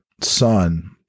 son